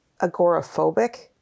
agoraphobic